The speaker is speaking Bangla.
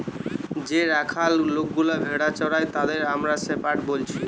যে রাখাল লোকগুলা ভেড়া চোরাই তাদের আমরা শেপার্ড বলছি